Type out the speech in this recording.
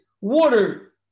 water